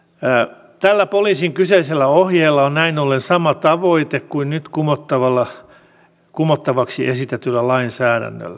tällä poliisin kyseisellä ohjeella on näin ollen sama tavoite kuin nyt kumottavaksi esitetyllä lainsäädännöllä